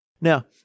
Now